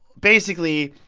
basically,